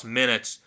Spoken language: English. minutes